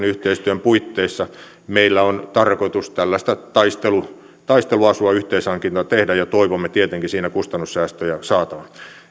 yhteistyön puitteissa meillä on tarkoitus tällaista taisteluasuyhteishankintaa tehdä ja toivomme tietenkin siinä kustannussäästöjä saatavan